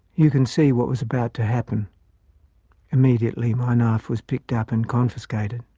you can see what was about to happen immediately my knife was picked up and confiscated.